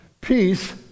peace